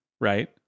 right